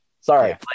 sorry